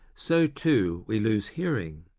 so too we lose hearing,